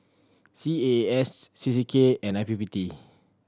C A A S C C K and I P P T